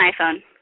iPhone